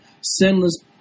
sinless